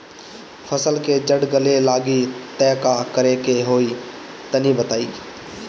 फसल के जड़ गले लागि त का करेके होई तनि बताई?